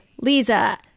lisa